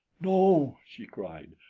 no, she cried.